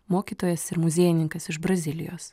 mokytojas ir muziejininkas iš brazilijos